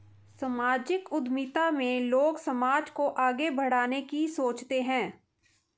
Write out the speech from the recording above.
सामाजिक उद्यमिता में लोग समाज को आगे बढ़ाने की सोचते हैं